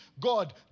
God